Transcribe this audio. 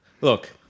Look